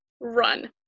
run